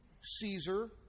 Caesar